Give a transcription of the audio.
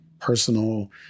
personal